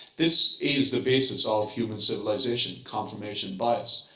this is the basis ah of human civilization confirmation bias.